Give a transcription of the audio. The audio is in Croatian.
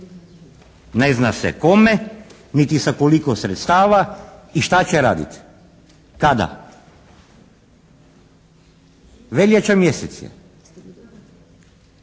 ne zna se kome niti sa koliko sredstava i šta će raditi? Kada? Veljača mjesec